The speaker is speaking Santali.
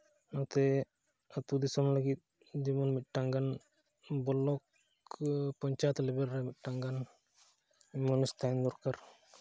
ᱱᱚᱛᱮ ᱟᱛᱳ ᱫᱤᱥᱚᱢ ᱞᱟᱹᱜᱤᱫ ᱡᱮᱢᱚᱱ ᱢᱤᱫᱴᱟᱱ ᱜᱟᱱ ᱵᱞᱚᱠ ᱯᱚᱧᱪᱟᱭᱮᱛ ᱞᱮᱵᱮᱞ ᱨᱮ ᱢᱤᱫᱴᱟᱱ ᱜᱟᱱ ᱮᱢᱵᱩᱞᱮᱱᱥ ᱛᱟᱦᱮᱱ ᱫᱚᱨᱠᱟᱨ